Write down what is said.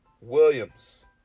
Williams